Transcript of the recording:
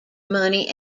money